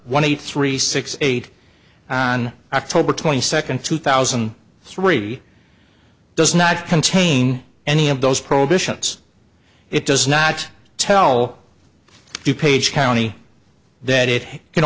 one eight three six eight on october twenty second two thousand and three does not contain any of those prohibitions it does not tell you page county that it can